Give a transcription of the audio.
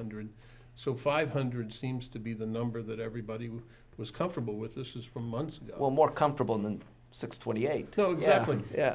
hundred so five hundred seems to be the number that everybody was comfortable with this is from months ago or more comfortable in the six twenty eight told yeah yeah